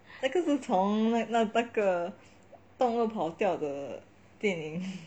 那个是从那个动物跑掉的电影